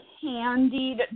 candied